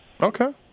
Okay